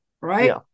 right